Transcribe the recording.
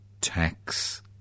tax